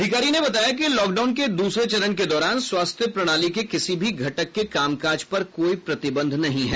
अधिकारी ने बताया कि लॉकडाउन के दूसरे चरण के दौरान स्वास्थ्य प्रणाली के किसी भी घटक के कामकाज पर कोई प्रतिबंध नहीं है